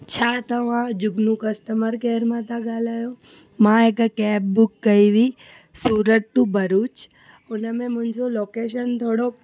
छा तव्हां जुगनू कस्टमर केर मां था ॻाल्हायो मां हिकु कैब बुक कई हुई सूरत टू भरूच हुन में मुंहिंजो लोकेशन थोरो